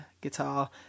guitar